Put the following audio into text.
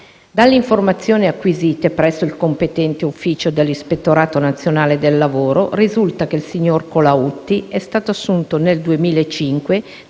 Dalle informazioni acquisite presso il competente ufficio dell'Ispettorato nazionale del lavoro risulta che il signor Colautti è stato assunto nel 2005